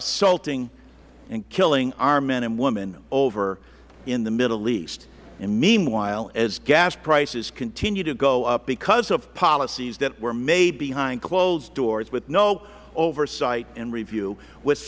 assaulting and killing our men and women over in the middle east and meanwhile as gas prices continue to go up because of policies that were made behind closed doors with no oversight and review with